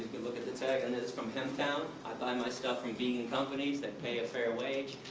could look at the tag, and it's from hemptown. i buy my stuff from vegan companies that pay a fair wage,